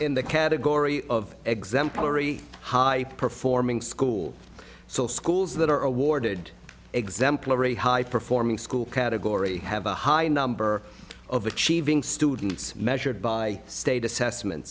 in the category of exemplary high performing school so schools that are awarded exemplary high performing school category have a high number of achieving students measured by state assessment